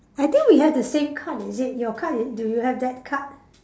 I think we have the same card is it your card is do you have that card